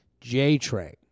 JTRAIN